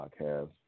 podcast